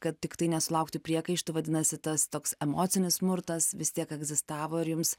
kad tiktai nesulaukti priekaištų vadinasi tas toks emocinis smurtas vis tiek egzistavo ir jums